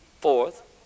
Fourth